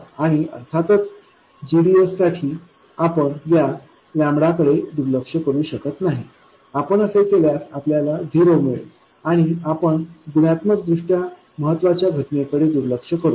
आणि अर्थातच gdsसाठी आपण या लँबडाकडे दुर्लक्ष करू शकत नाही आपण असे केल्यास आपल्याला झिरो मिळेल आणि आपण गुणात्मक दृष्ट्या महत्त्वाच्या घटनेकडे दुर्लक्ष करू